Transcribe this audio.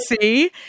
see